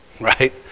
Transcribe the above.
right